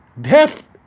Death